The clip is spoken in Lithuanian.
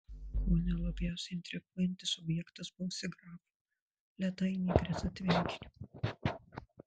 kone labiausiai intriguojantis objektas buvusi grafų ledainė greta tvenkinio